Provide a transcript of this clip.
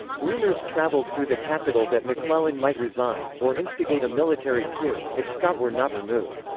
rumors traveled through the capital that mcclellan might resign, or instigate a military coup, if scott were not removed.